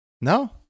No